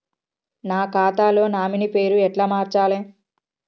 నా ఖాతా లో నామినీ పేరు ఎట్ల మార్చాలే?